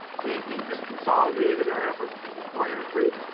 we just consolidated our efforts under the coreyon reef.